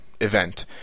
event